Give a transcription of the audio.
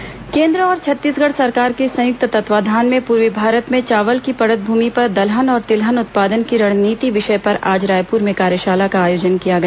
कार्यशाला केंद्र और छत्तीसगढ़ सरकार के संयुक्त तत्वावधान में पूर्वी भारत में चावल की पड़त भूमि पर दलहन और तिलहन उत्पादन की रणनीति विषय पर आज रायपूर में कार्यशाला का आयोजन किया गया